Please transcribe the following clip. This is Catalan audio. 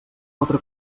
altre